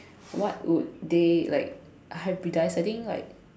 what would they like hybridise I think like